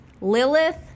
Lilith